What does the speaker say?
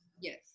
Yes